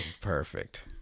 Perfect